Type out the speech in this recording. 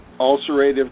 ulcerative